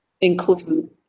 include